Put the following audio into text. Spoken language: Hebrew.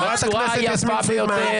חברת הכנסת יסמין פרידמן.